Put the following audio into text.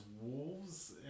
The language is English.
wolves